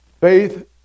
Faith